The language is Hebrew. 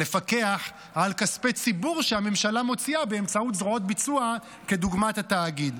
לפקח על כספי ציבור שהממשלה מוציאה באמצעות זרועות ביצוע כדוגמת התאגיד.